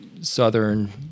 southern